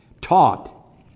taught